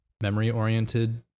memory-oriented